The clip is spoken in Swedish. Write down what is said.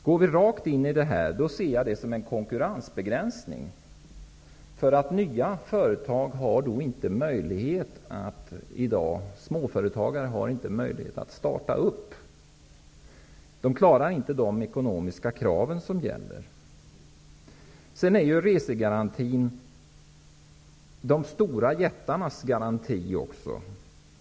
Om vi går rakt in i detta ser jag det som en konkurrensbegränsning, eftersom småföretagare i dag inte klarar de ekonomiska krav som gäller. Resegarantin är också de stora jättarnas garanti.